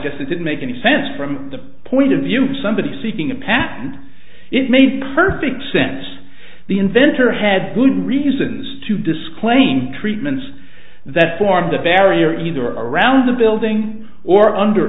it makes any sense from the point of view somebody seeking a patent it made perfect sense the inventor head good reasons to disclaim treatments that formed a barrier either around the building or under